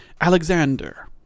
Alexander